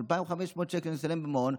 2,500 שקל משלמים במעון.